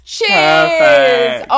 Cheers